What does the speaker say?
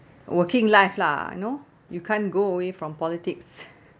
working life lah you know you can't go away from politics